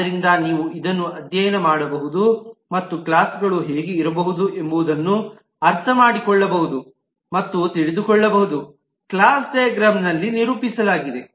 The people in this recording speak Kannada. ಆದ್ದರಿಂದ ನೀವು ಇದನ್ನು ಅಧ್ಯಯನ ಮಾಡಬಹುದು ಮತ್ತು ಕ್ಲಾಸ್ಗಳು ಹೇಗೆ ಇರಬಹುದು ಎಂಬುದನ್ನು ಅರ್ಥಮಾಡಿಕೊಳ್ಳಬಹುದು ಮತ್ತು ತಿಳಿದುಕೊಳ್ಳಬಹುದು ಕ್ಲಾಸ್ ಡೈಗ್ರಾಮ್ ನಲ್ಲಿ ನಿರೂಪಿಸಲಾಗಿದೆ